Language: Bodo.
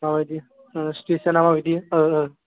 माबायदि ओ सिटुवेसोना माबादि ओ ओ